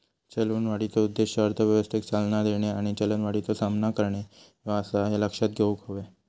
चलनवाढीचो उद्देश अर्थव्यवस्थेक चालना देणे आणि चलनवाढीचो सामना करणे ह्यो आसा, ह्या लक्षात घेऊक हव्या